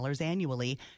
annually